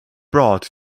brought